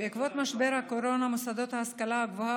בעקבות משבר הקורונה מוסדות ההשכלה הגבוהה